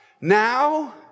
Now